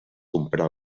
comprà